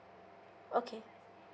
okay